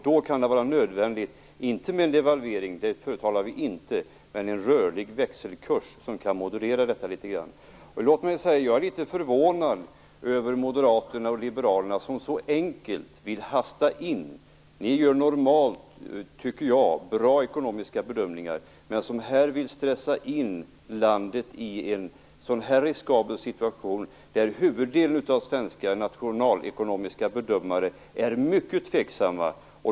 Då kan det vara nödvändigt inte med en devalvering, det förespråkar vi inte, men med en rörlig växelkurs som kan modulera situationen litet grand. Låt mig säga att jag är litet förvånad över moderaterna och liberalerna, som så enkelt vill hasta in i ett medlemskap. Jag tycker att ni normalt gör bra ekonomiska bedömningar. Men i det här fallet vill ni stressa landet in i en riskabel situation. Huvuddelen av svenska nationalekonomiska bedömare är mycket tveksamma.